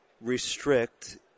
restrict